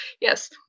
yes